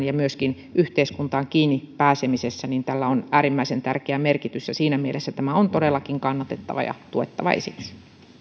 ja myöskin yhteiskuntaan kiinni pääsemisessä tällä on äärimmäisen tärkeä merkitys siinä mielessä tämä on todellakin kannatettava ja tuettava esitys